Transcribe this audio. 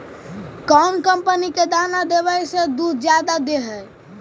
कौन कंपनी के दाना देबए से दुध जादा दे है?